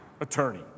attorney